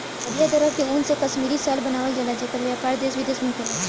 बढ़िया तरह के ऊन से कश्मीरी शाल बनावल जला जेकर व्यापार देश विदेश में होखेला